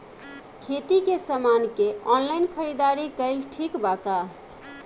खेती के समान के ऑनलाइन खरीदारी कइल ठीक बा का?